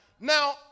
Now